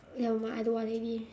ya but I don't want already